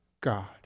God